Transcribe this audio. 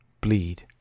bleed